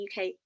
UK